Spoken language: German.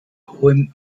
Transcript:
hohem